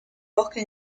bosque